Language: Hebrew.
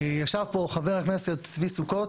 ישב פה חבר הכנסת צבי סוכות